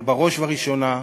אבל בראש ובראשונה,